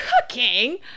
cooking